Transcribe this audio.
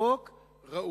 החוק ראוי.